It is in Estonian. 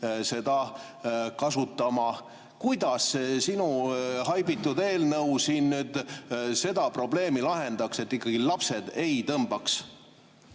neid kasutama. Kuidas sinu haibitud eelnõu seda probleemi lahendaks, et ikkagi lapsed ei tõmbaks?